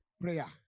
Prayer